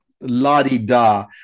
la-di-da